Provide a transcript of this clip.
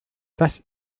das